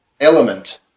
element